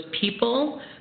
people